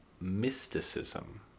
mysticism